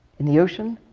in the ocean,